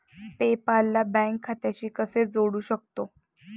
पे पाल ला बँक खात्याशी कसे जोडू शकतो?